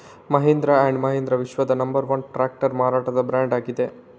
Mahindra and Mahindra ವಿಶ್ವದ number one tractor ಮಾರಾಟದ brand ಆಗಿದೆ